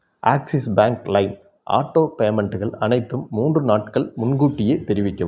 axis bank லைம் auto பேமெண்ட்டுகள் அனைத்துக்கும் மூன்று நாட்கள் முன்கூட்டியே தெரிவிக்கவும்